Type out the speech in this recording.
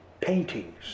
paintings